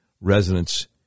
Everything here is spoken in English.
Residents